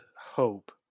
hope